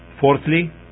fourthly